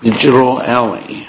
in general alle